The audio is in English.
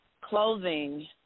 clothing